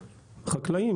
חקלאים,